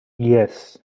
yes